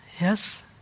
Yes